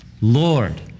Lord